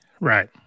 Right